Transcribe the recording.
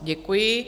Děkuji.